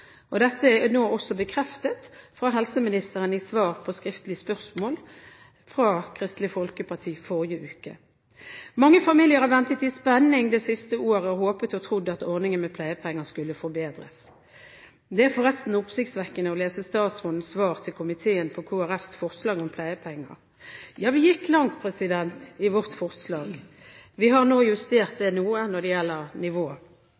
svar på skriftlig spørsmål fra Kristelig Folkeparti i forrige uke. Mange familier har ventet i spenning det siste året og håpet og trodd at ordningen med pleiepenger skulle forbedres. Det er forresten oppsiktsvekkende å lese statsrådens svar til komiteen på Kristelig Folkepartis forslag om pleiepenger. Ja, vi gikk langt i vårt forslag. Vi har nå justert det noe når det gjelder nivået,